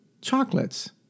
chocolates